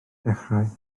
dechrau